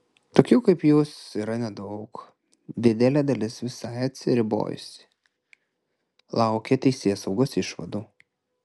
tokių kaip jūs yra nedaug didelė dalis visai atsiribojusi laukia teisėsaugos išvadų